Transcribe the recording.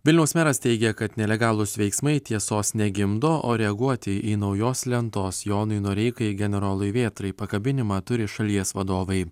vilniaus meras teigia kad nelegalūs veiksmai tiesos negimdo o reaguoti į naujos lentos jonui noreikai generolui vėtrai pakabinimą turi šalies vadovai